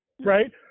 Right